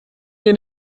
mir